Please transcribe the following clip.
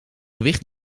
gewicht